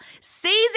season